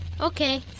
Okay